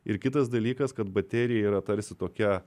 ir kitas dalykas kad baterija yra tarsi tokia